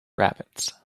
rabbits